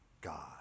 God